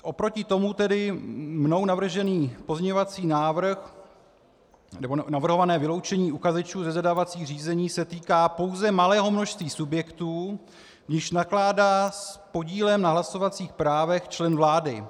Oproti tomu tedy mnou navržený pozměňovací návrh, nebo navrhované vyloučení uchazečů ze zadávacích řízení se týká pouze malého množství subjektů, jež nakládá s podílem na hlasovacích právech člen vlády.